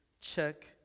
check